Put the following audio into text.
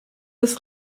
des